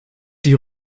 die